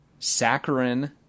Saccharin